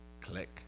click